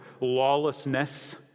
lawlessness